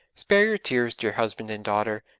spare your tears, dear husband and daughter,